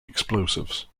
explosives